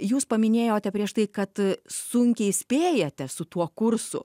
jūs paminėjote prieš tai kad sunkiai spėjate su tuo kursu